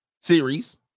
series